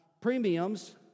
premiums